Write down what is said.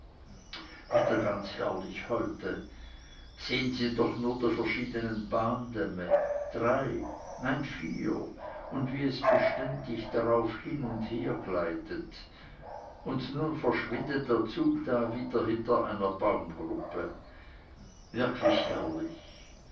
wieder ganz herrlich heute sehen sie doch nur die verschiedenen bahndämme drei nein vier und wie es beständig darauf hin und her gleitet und nun verschwindet der zug da wieder hinter einer baumgruppe wirklich herrlich